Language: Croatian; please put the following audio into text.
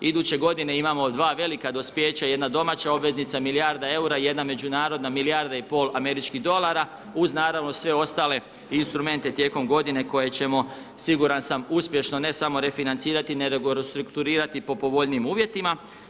Iduće g. imamo 2 velika dospijeća jedna domaća obveznica milijarda eura i jedna međunarodna milijarda i pol američkih dolara, uz naravno sve ostale instrumente tijekom g. koje ćemo siguran sam uspješno ne samo refinancirati … restrukturirati po povoljnijim uvjetima.